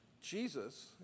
Jesus